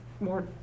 more